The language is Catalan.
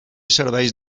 serveis